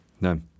no